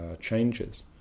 changes